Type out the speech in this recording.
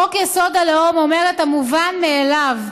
חוק-יסוד: הלאום אומר את המובן מאליו,